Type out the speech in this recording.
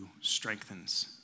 strengthens